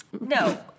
No